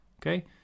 Okay